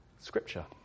scripture